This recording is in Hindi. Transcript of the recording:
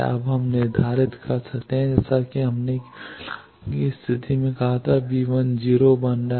अब हम निर्धारित करते हैं जैसा कि हमने कहा कि मिलान की स्थिति के तहत 0 बन रहा है